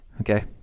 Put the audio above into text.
Okay